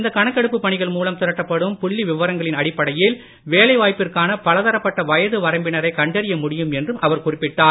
இந்த கணக்கெடுப்பு பணிகள் மூலம் திரட்டப்படும் புள்ளிவிவரங்களின் அடிப்படையில் வேலை வாய்ப்பிற்கான பல தரப்பட்ட வயது வரம்பினரை கண்டறிய முடியும் என்றும் அவர் குறிப்பிட்டார்